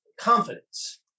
confidence